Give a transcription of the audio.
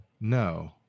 No